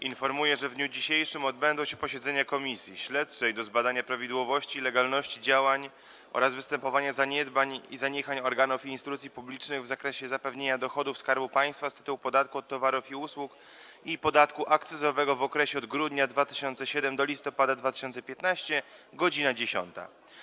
Informuję, że w dniu dzisiejszym odbędą się posiedzenia Komisji: - Śledczej do zbadania prawidłowości i legalności działań oraz występowania zaniedbań i zaniechań organów i instytucji publicznych w zakresie zapewnienia dochodów Skarbu Państwa z tytułu podatku od towarów i usług i podatku akcyzowego w okresie od grudnia 2007 r. do listopada 2015 r. - godz. 10,